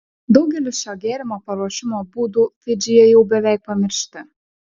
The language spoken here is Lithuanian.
daugelis šio gėrimo paruošimo būdų fidžyje jau beveik pamiršti